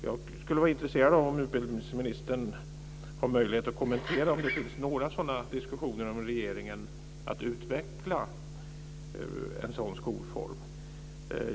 Jag skulle vara intresserad av att höra om utbildningsministern har möjlighet att kommentera om det finns några diskussioner inom regeringen om att utveckla en sådan skolform.